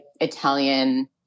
Italian